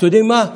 אתם יודעים מה,